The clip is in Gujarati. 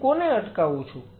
હું કોને અટકાવું છું